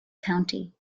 county